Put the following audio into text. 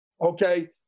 okay